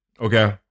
okay